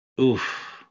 Oof